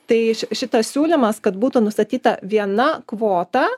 tai ši šitas siūlymas kad būtų nustatyta viena kvota